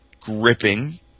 gripping